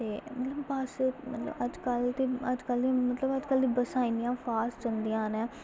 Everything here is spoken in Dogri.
ते बस्स मतलब अज्जकल मतलब अज्जकल दियां बस्सां इ'न्नियां फॉस्ट जन्दियां न